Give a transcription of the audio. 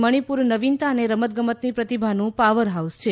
મણિપુર નવીનતા અને રમતગમતની પ્રતિભાનું પાવરહાઉસ છે